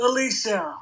Alicia